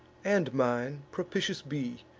and mine, propitious be,